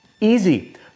Easy